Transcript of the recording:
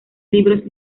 libros